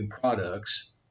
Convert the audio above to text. products